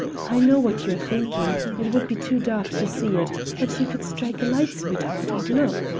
i know what you're thinking, it would be too dark to see it but you could strike a light, sweetheart, and look.